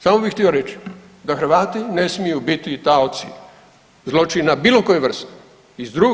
Samo bi htio reći da Hrvati ne smiju biti taoci zločina bilo koje vrste iz II.